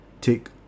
take